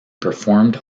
performed